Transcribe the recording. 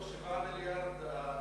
מתוך 7 מיליארדי,